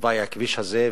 מתוואי הכביש הזה,